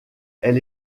elle